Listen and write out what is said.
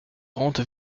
rente